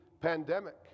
pandemic